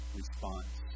response